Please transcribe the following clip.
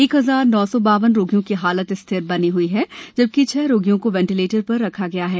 एक हजार नौ सौ बावन रोगियों की हालत स्थिर है जबकि छह रोगियों को वेंटिलेटर पर रखा गया है